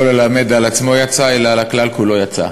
לא ללמד על עצמו יצא אלא על הכלל כולו יצא.